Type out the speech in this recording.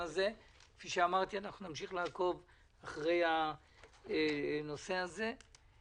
כפי שאמרתי, אנחנו נמשיך לעקוב אחרי הנושא הזה.